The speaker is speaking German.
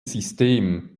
system